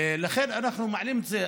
לכן אנחנו מעלים את זה.